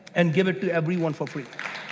and give it to everyone for free.